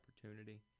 opportunity